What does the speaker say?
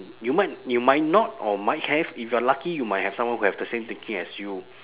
you might you might not or might have if you're lucky you might have someone who have the same thinking as you